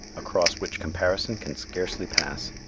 across which comparison can scarcely pass,